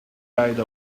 ride